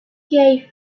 keith